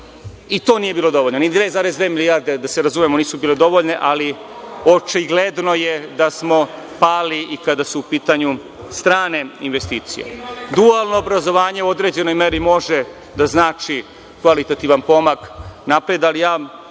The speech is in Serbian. I to nije bilo dovoljno. Ni 2,2 milijarde, da se razumemo, nisu bile dovoljne, ali očigledno je da smo pali i kada su u pitanju strane investicije. Dualno obrazovanje u određenoj meri može da znači kvalitativan pomak napred, ali ja